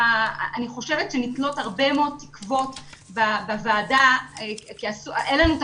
אני חושבת שנתלות הרבה מאוד תקוות בוועדה כי אין לנו את